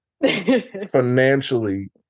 financially